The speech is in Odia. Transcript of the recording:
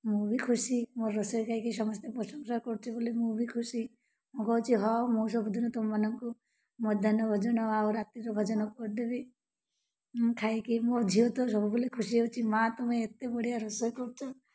ମୁଁ ବି ଖୁସି ମୋ ରୋଷେଇ ଖାଇକି ସମସ୍ତେ ପ୍ରଶଂସା କରୁଛି ବୋଲି ମୁଁ ବି ଖୁସି ମୁଁ କହୁଛି ହଁ ମୁଁ ସବୁଦିନ ତମମାନଙ୍କୁ ମଧ୍ୟାହ୍ନ ଭୋଜନ ଆଉ ରାତିର ଭଜନ କରିଦେବି ମୁଁ ଖାଇକି ମୋ ଝିଅ ତ ସବୁବେଲେ ଖୁସି ହେଉଛି ମାଆ ତମେ ଏତେ ବଢ଼ିଆ ରୋଷେଇ କରୁଛ